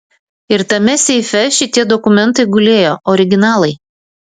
ir tame seife šitie dokumentai gulėjo originalai